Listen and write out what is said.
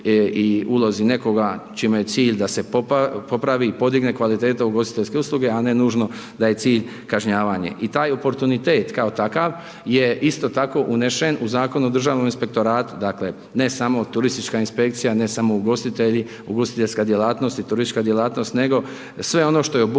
i ulozi nekoga čime je cilj da se popravi i podigne kvaliteta ugostiteljske usluge, a ne nužno da je cilj kažnjavanje i taj oportunitet kao takav je isto tako unesen u Zakon o državnom inspektoratu, dakle, ne samo turistička inspekcija, ne samo ugostitelji, ugostiteljska djelatnost i turistička djelatnost, nego sve ono što je obuhvaćeno,